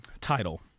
Title